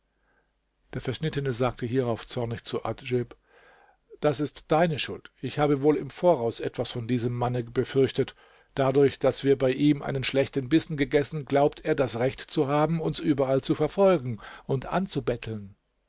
der verschnittene sagte hierauf zornig zu adjib das ist deine schuld ich habe wohl im voraus etwas von diesem manne befürchtet dadurch daß wir bei ihm einen schlechten bissen gegessen glaubt er das recht zu haben uns überall zu verfolgen und anzubetteln